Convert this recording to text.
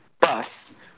bus